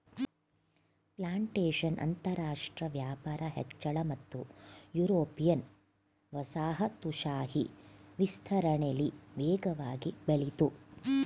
plantation ಅಂತರಾಷ್ಟ್ರ ವ್ಯಾಪಾರ ಹೆಚ್ಚಳ ಮತ್ತು ಯುರೋಪಿಯನ್ ವಸಾಹತುಶಾಹಿ ವಿಸ್ತರಣೆಲಿ ವೇಗವಾಗಿ ಬೆಳಿತು